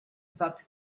that